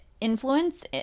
influence